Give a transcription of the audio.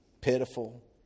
pitiful